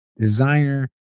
designer